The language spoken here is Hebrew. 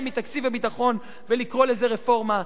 מתקציב הביטחון ולקרוא לזה רפורמה.